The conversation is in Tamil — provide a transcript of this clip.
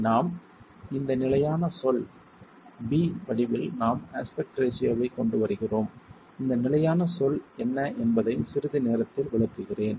நாம் இந்த நிலையான சொல் b வடிவில் நாம் அஸ்பெக்ட் ரேஷியோ வை கொண்டு வருகிறோம் இந்த நிலையான சொல் என்ன என்பதை சிறிது நேரத்தில் விளக்குகிறேன்